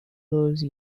those